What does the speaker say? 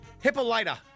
Hippolyta